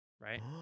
right